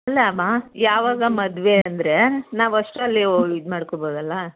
ಅಲ್ಲಮ್ಮ ಯಾವಾಗ ಮದುವೆ ಅಂದರೆ ನಾವು ಅಷ್ಟರಲ್ಲೇವು ಇದು ಮಾಡಿಕೋಬೋದಲ್ಲ